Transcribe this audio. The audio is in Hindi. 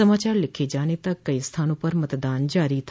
समाचार लिखे जाने तक कई स्थानों पर मतदान जारी था